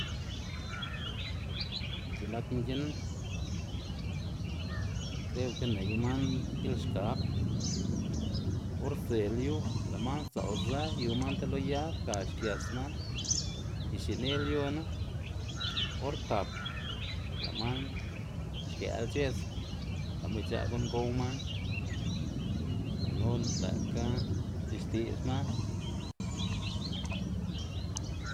C̲h̲i nak mginn, kreo ke ney man gilxkab or sdze lyu lë' man sdza'lzë yu man ti lo yag ga xgës man y xinilyuna or tap lë' man xkë'la c̲h̲edz gan ba ic̲h̲a' gu'n gow man, gunu lë'kga c̲h̲ixti'dz man.